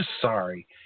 sorry